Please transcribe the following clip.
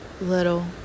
little